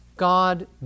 God